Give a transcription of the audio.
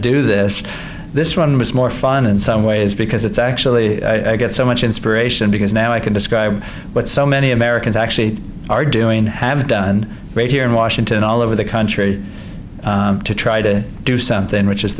do this this one was more fun in some ways because it's actually i get so much inspiration because now i can describe what so many americans actually are doing have done great here in washington all over the country to try to do something which is